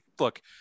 look